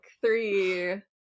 three